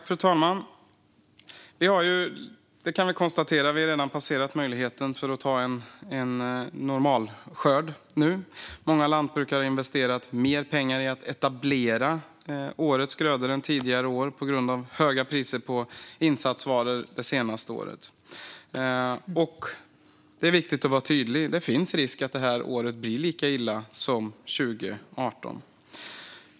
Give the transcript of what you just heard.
Fru talman! Vi kan konstatera att möjligheten till en normal skörd redan har passerat. Många lantbrukare har investerat mer pengar än tidigare år i att etablera årets grödor på grund av höga priser på insatsvaror det senaste året. Det är viktigt att vara tydlig: Det finns risk för att det här året blir lika illa som 2018.